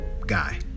guy